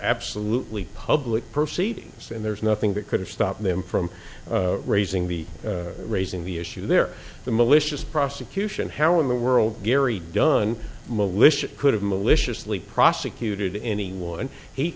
absolutely public proceedings and there's nothing that could have stopped them from raising the raising the issue there the malicious prosecution how in the world garry dunn malicious could have maliciously prosecuted anyone he